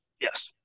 Yes